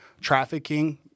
trafficking